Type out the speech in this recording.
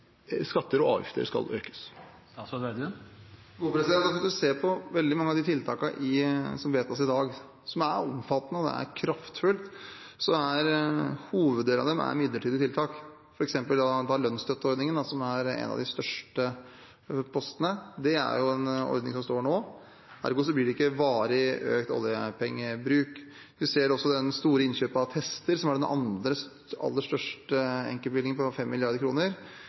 skatter og avgifter skal økes? Hvis man ser på veldig mange av de tiltakene som vedtas i dag, som er omfattende og kraftfulle, er en hoveddel av dem midlertidige tiltak, f.eks. lønnsstøtteordningen, som er en av de største postene. Det er jo en ordning som står der nå – ergo blir det ikke varig økt oljepengebruk. Vi ser også det store innkjøpet av tester, som er den andre aller største enkeltbevilgningen, på